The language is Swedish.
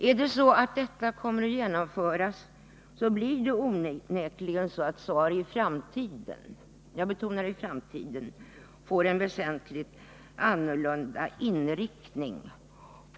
Är det så att detta kommer att genomföras, blir det onekligen så att SARI i framtiden — jag betonar i framtiden — får en väsentligt annorlunda inriktning.